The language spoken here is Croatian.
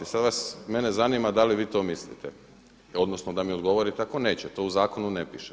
Sada mene zanima da li vi to mislite odnosno da mi odgovorite ako neće, to u zakonu ne piše.